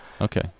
Okay